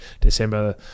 december